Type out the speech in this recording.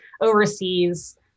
overseas